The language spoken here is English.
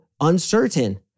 uncertain